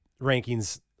rankings